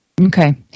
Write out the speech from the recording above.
Okay